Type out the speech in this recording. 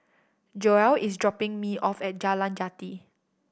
Joell is dropping me off at Jalan Jati